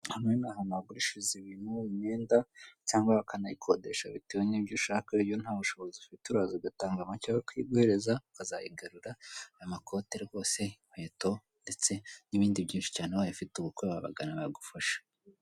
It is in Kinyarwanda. Aha ni ahantu bagurishiriza ibintu imyenda cyangwa bakanayikodesha bitewe n'ibyo ushaka iyo nta bushobozi ufite uraza ugatanga make bakayiguhereza, ukazayigarura hari amakote rwose inkweto ndetse n'ibindi byinshi cyane ubaye ufite ubukwe wabagana bagufasha.